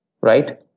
Right